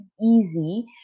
easy